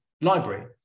library